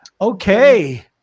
Okay